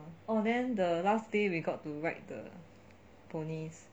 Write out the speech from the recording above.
oh then the last day we got to ride the ponies